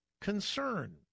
concern